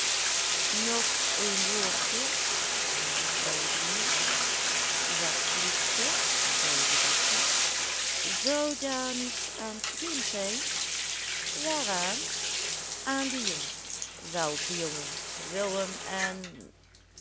nog een woordje zei mevrouw deluw wat liefste zei de dokter zou daar niets aan te doen zijn waaraan aan die jongens welke jongens willem en